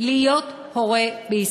להיות הורה בישראל.